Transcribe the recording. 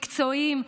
מקצועיים,